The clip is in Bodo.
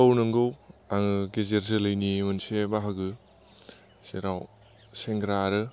औ नंखौ आङो गेजेर जोलैनि मोनसे बाहागो जेराव सेंग्रा आरो